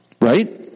Right